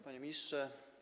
Panie Ministrze!